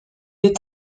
est